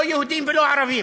לא יהודים ולא ערבים,